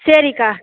சரிக்கா